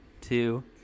two